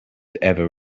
ever